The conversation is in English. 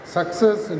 Success